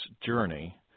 journey